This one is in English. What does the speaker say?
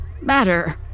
matter